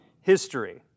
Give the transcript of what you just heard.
history